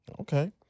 Okay